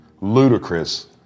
ludicrous